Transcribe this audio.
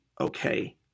okay